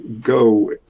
go